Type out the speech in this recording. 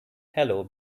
hello